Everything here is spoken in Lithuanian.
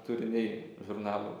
turiniai žurnalų